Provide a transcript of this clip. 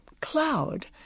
cloud